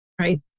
Right